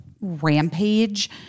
rampage